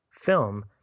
film